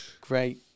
Great